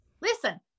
Listen